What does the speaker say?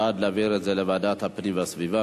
בעד להעביר את זה לוועדת הפנים והסביבה,